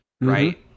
right